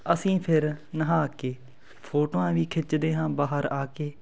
ਅਸੀਂ ਫਿਰ ਨਹਾ ਕੇ ਫੋਟੋਆਂ ਵੀ ਖਿੱਚਦੇ ਹਾਂ ਬਾਹਰ ਆ ਕੇ